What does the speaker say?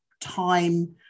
time